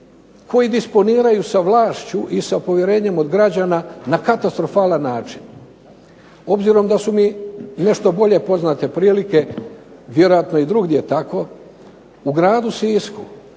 koji disponiraju sa vlašću i sa povjerenjem od građana na katastrofalan način. Obzirom da su mi nešto bolje poznate prilike, vjerojatno je i drugdje tako, u gradu Sisku